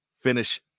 finish